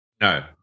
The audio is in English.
no